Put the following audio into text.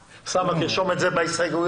אוסאמה, תרשום את זה בהסתייגויות.